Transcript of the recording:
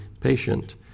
patient